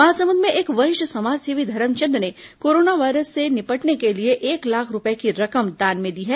महासमुंद में एक वरिष्ठ समाजसेवी धरमचंद ने कोरोना वायरस के निपटने के लिए एक लाख रूपये की रकम दान में दी है